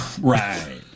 Right